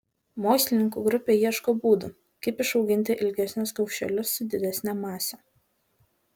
mokslininkų grupė ieško būdų kaip išauginti ilgesnius kaušelius su didesne mase